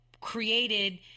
created